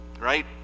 right